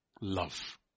love